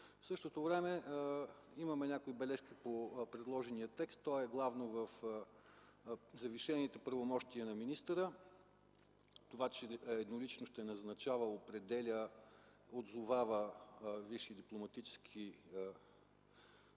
В същото време, имаме няколко бележки по предложения текст, това е главно в завишените правомощия на министъра, това, че еднолично ще назначава, определя, отзовава висши дипломатически хора.